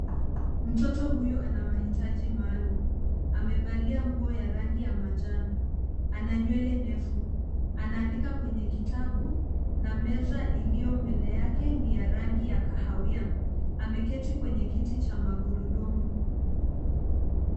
Mtoto huyu ana mahitaji maalum. Amevalia nguo ya rangi ya manjano, ana nywele ndefu, anaandika kwenye kitabu na meza iliyo mbele yake ni ya rangi ya kahawia. Ameketi kwenye kiti cha magurudumu.